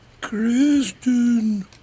Kristen